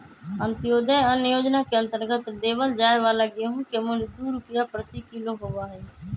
अंत्योदय अन्न योजना के अंतर्गत देवल जाये वाला गेहूं के मूल्य दु रुपीया प्रति किलो होबा हई